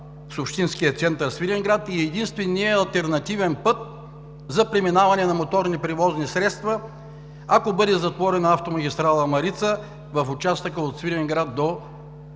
общинския център Свиленград и е единственият алтернативен път за преминаване на моторни превозни средства, ако бъде затворена Автомагистрала „Марица“ в участъка от Свиленград до Граничния